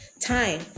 time